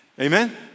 Amen